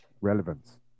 relevance